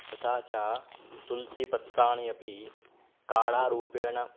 तथा च तुलसीपत्राणि अपि काडारूपेण